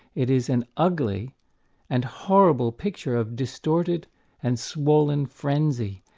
it is an ugly and horrible picture of distorted and swollen frenzy.